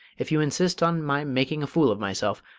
if you insist on my making a fool of myself,